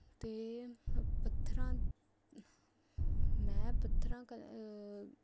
ਅਤੇ ਪੱਥਰਾਂ ਮੈਂ ਪੱਥਰਾਂ ਕ